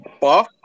buff